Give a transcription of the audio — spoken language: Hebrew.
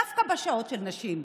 דווקא בשעות של נשים,